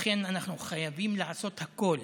לכן, אנחנו חייבים לעשות הכול